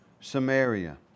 Samaria